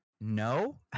no